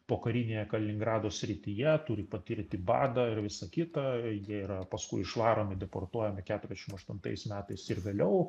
pokarinėje kaliningrado srityje turi patirti badą ir visa kita jie yra paskui išvaromi deportuojami keturiasdešim aštuntais metais ir vėliau